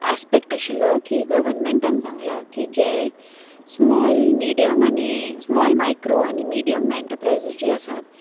aspect आशिल्लो की गवर्मेंटान सांगला की जे स्मॉल मिडियम आनी स्मॉल मायक्रो आनी मिडयम एंटरप्रायजीस जे आसा